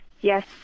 Yes